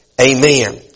amen